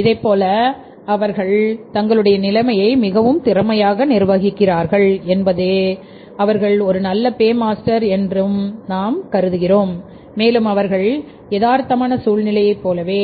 எனவே அவர்கள் நிலைமையை மிகவும் திறமையாக நிர்வகிக்கிறார்கள் என்பதே அவர்கள் ஒரு நல்ல ' பே மாஸ்டர்' என்றும்கருதப்படுகிறார்கள் மேலும் அவர்கள் யதார்த்தமான சூழ்நிலையைப் போலவே